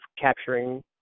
capturing